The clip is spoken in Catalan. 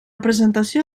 presentació